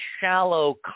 shallow